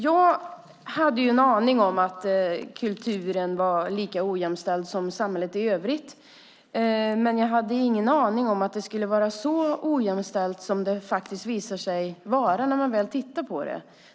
Jag hade en aning om att kulturen var lika ojämställd som samhället i övrigt, men jag hade ingen aning om att det skulle vara så ojämställt som det visar sig vara när man väl tittar på det.